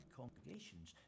congregations